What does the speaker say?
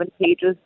pages